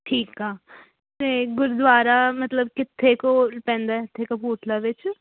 ਠੀਕ ਆ ਅਤੇ ਗੁਰਦੁਆਰਾ ਮਤਲਬ ਕਿੱਥੇ ਕੁ ਉਹ ਪੈਂਦਾ ਇੱਥੇ ਕਪੂਰਥਲਾ ਵਿੱਚ